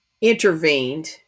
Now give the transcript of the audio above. intervened